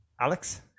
Alex